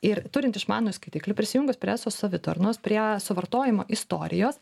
ir turint išmanųjį skaitiklį prisijungus prie eso savitarnos prie suvartojimo istorijos